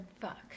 fuck